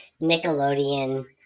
Nickelodeon